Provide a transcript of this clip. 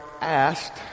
asked